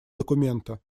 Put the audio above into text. документа